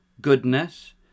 goodness